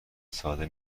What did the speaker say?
ساده